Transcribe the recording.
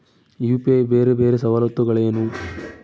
UPI ಬೇರೆ ಬೇರೆ ಸವಲತ್ತುಗಳೇನು?